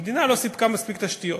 המדינה לא סיפקה מספיק תשתיות.